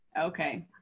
Okay